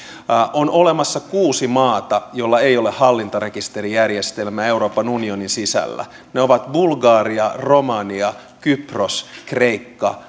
on olemassa kuusi maata joilla ei ole hallintarekisterijärjestelmää euroopan unionin sisällä ne ovat bulgaria romania kypros kreikka